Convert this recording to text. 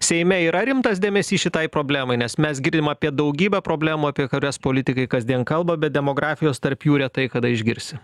seime yra rimtas dėmesys šitai problemai nes mes girdim apie daugybę problemų apie kurias politikai kasdien kalba bet demografijos tarp jų retai kada išgirsi